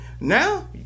now